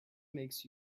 makes